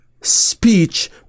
speech